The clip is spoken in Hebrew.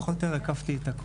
פחות או יותר הקפתי הכול.